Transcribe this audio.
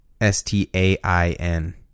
S-T-A-I-N